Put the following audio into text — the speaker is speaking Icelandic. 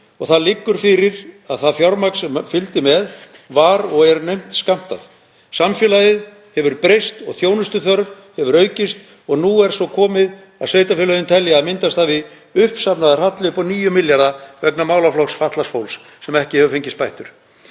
og það liggur fyrir að það fjármagn sem fylgdi með var og er naumt skammtað. Samfélagið hefur breyst og þjónustuþörf hefur aukist og nú er svo komið að sveitarfélögin telja að myndast hafi uppsafnaður halli upp á 9 milljarða vegna málaflokks fatlaðs fólks sem ekki hefur fengist bættur